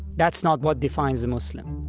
that's not what defines a muslim